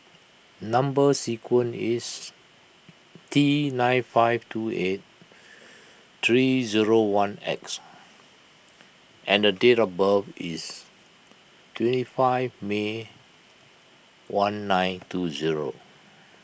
Number Sequence is T nine five two eight three zero one X and date of birth is twenty five May one nine two zero